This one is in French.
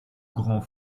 grand